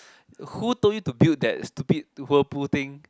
who told you to build that stupid whirlpool thing